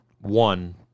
one